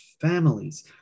families